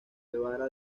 guevara